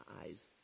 eyes